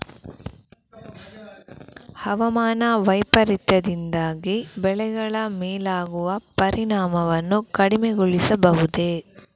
ಹವಾಮಾನ ವೈಪರೀತ್ಯದಿಂದಾಗಿ ಬೆಳೆಗಳ ಮೇಲಾಗುವ ಪರಿಣಾಮವನ್ನು ಕಡಿಮೆಗೊಳಿಸಬಹುದೇ?